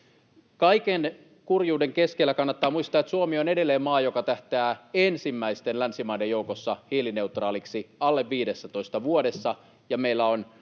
Kaiken kurjuuden keskellä kannattaa muistaa, että Suomi on edelleen maa, joka tähtää ensimmäisten länsimaiden joukossa hiilineutraaliksi alle 15 vuodessa,